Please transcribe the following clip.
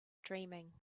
dreaming